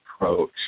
approach